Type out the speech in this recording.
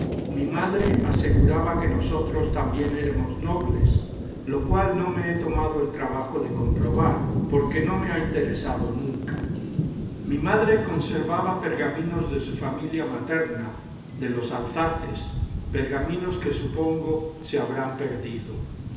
mi madre aseguraba que nosotros también éramos nobles lo cual no me he tomado el trabajo de comprobar porque no me ha interesado nunca mi madre conservaba pergaminos de su familia materna de los alzates pergaminos que supongo se habrán perdido